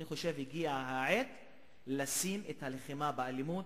אני חושב שהגיעה העת לשים את הלחימה באלימות